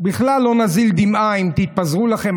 בכלל לא נזיל דמעה אם תתפזרו לכם,